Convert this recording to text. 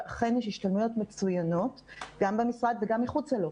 ואכן יש השתלמויות מצוינות גם במשרד וגם מחוצה לו,